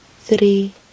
three